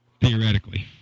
theoretically